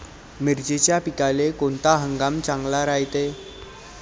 मिर्चीच्या पिकाले कोनता हंगाम चांगला रायते?